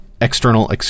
external